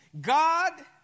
God